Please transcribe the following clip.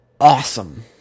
awesome